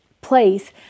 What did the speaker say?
place